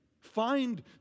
Find